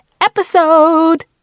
episode